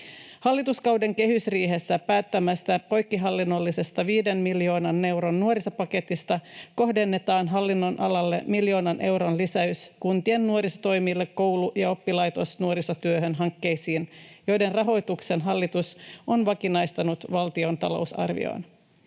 Hallituksen kehysriihessä päättämästä poikkihallinnollisesta 5 miljoonan euron nuorisopaketista kohdennetaan hallinnonalalle miljoonan euron lisäys kuntien nuorisotoimille koulu- ja oppilaitosnuorisotyöhön hankkeisiin, joiden rahoituksen hallitus on vakinaistanut valtion talousarvioon.